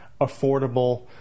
affordable